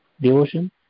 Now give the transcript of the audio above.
devotion